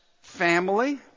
family